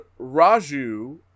Raju